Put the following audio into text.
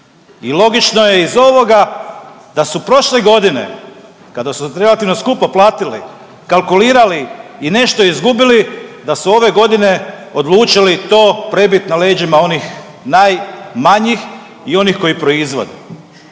i logično je iz ovoga da su prošle godine kada su relativno skupo platili, kalkulirali i nešto izgubili, da su ove godine odlučili to prebit na leđima onih najmanjih i onih koji proizvode.